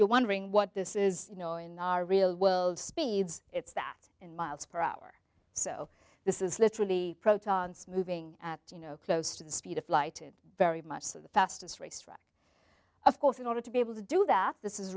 you're wondering what this is you know in our real world speeds it's that in miles per hour so this is literally protons moving you know close to the speed of light very much so the fastest racetrack of course in order to be able to do that this is